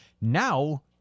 now